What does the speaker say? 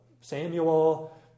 Samuel